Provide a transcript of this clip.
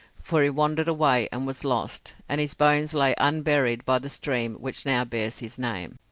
for he wandered away and was lost, and his bones lay unburied by the stream which now bears his name.